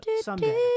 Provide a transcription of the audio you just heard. someday